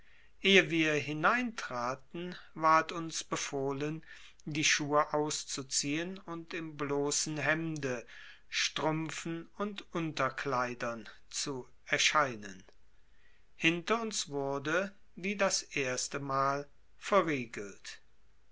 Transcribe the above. ehe wir hineintraten ward uns befohlen die schuhe auszuziehen und im bloßen hemde strümpfen und unterkleidern zu erscheinen hinter uns wurde wie das erste mal verriegelt